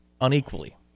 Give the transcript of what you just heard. unequally